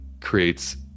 creates